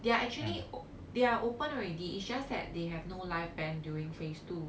they are actually they are open already it's just that they have no live band during phase two